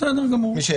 למי שיש.